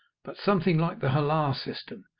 but something like the hullah system,